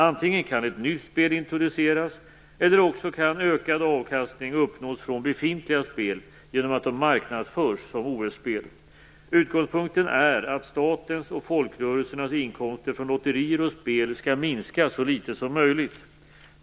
Antingen kan ett nytt spel introduceras, eller också kan ökad avkastning uppnås från befintliga spel genom att de marknadsförs som "OS-spel". Utgångspunkten är att statens och folkrörelsernas inkomster från lotterier och spel skall minska så litet som möjligt.